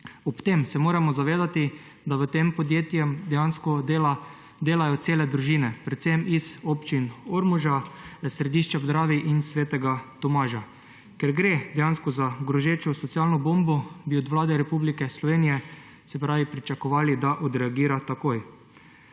Ob tem se moramo zavedati, da v tem podjetju dejansko delajo cele družine, predvsem iz občin Ormož, Središče ob Dravi in Sveti Tomaž. Ker gre dejansko za grozečo socialno bombo, bi od Vlade Republike Slovenije pričakovali, da odreagira takoj.